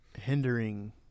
hindering